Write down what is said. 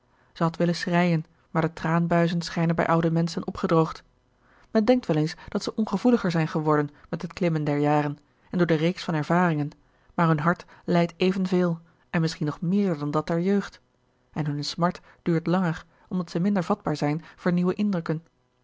had willen schreien maar de traanbuizen schijnen bij oude menschen opgedroogd men denkt wel eens dat zij ongevoeliger zijn geworden met het klimmen der jaren en door de reeks van ervaringen maar hun hart lijdt evenveel en misschien nog meer dan dat der jeugd en hunne smart duurt langer omdat zij minder vatbaar zijn voor nieuwe indrukken